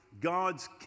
God's